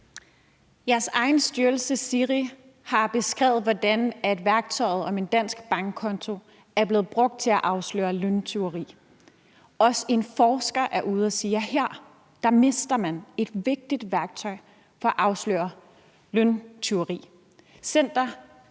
Jeres egen styrelse, altså SIRI, har beskrevet, hvordan kravet om en dansk bankkonto er blevet brugt som et værktøj til at afsløre løntyveri. Også en forsker er ude at sige, at her mister man et vigtigt værktøj for at afsløre løntyveri.